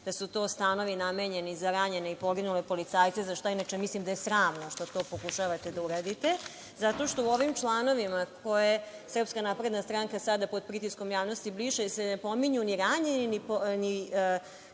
da su to stanovi namenjeni za ranjene i poginule policajce, a za šta inače mislim da je sramno što pokušavate da uradite, jer u ovim članovima koje SNS sada pod pritiskom javnosti briše se ne pominju ni ranjeni ni